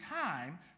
time